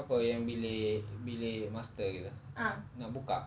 apa yang bilik bilik master kita nak buka